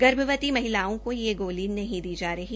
गर्भवती महिलाओं को यह गोली नहीं दी जा रही